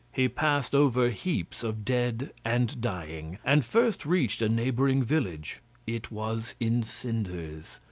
he passed over heaps of dead and dying, and first reached a neighbouring village it was in cinders,